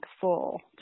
full